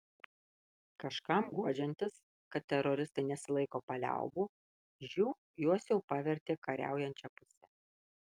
kažkam guodžiantis kad teroristai nesilaiko paliaubų žiū juos jau pavertė kariaujančia puse